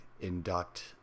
induct